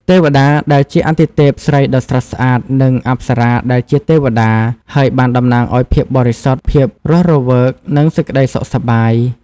ទេវតាដែលជាអាទិទេពស្រីដ៏ស្រស់ស្អាត និងអប្សរាដែលជាទេវតា ហើយបានតំណាងឲ្យភាពបរិសុទ្ធ ភាពរស់រវើក និងសេចក្តីសុខសប្បាយ។